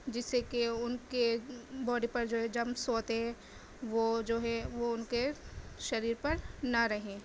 جس سے کہ ان کے باڈی پر جو ہے جمس ہوتے ہے وہ جو ہے وہ ان کے شریر پر نہ رہیں